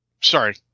Sorry